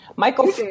Michael